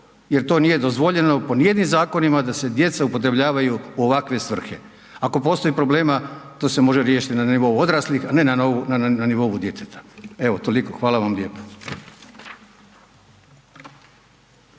Jer to nije dozvoljeno po ni jednim zakonima da se djeca upotrebljavaju u ovakve svrhe. Ako postoji problema, to se može riješiti na nivou odraslih, a ne na nivou djeteta. Evo toliko. Hvala vam lijepo.